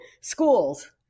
schools